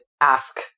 ask